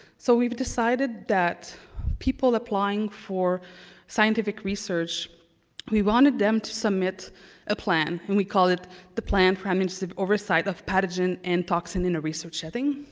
so we've decided that people applying for scientific we wanted them to submit a plan, and we call it the plan for i mean sort of oversight of pathogen and toxin in a research setting.